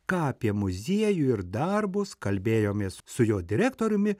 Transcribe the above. ką apie muziejų ir darbus kalbėjomės su jo direktoriumi